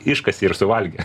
iškasė ir suvalgė